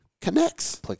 connects